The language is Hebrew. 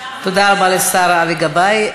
תודה לשר אבי גבאי.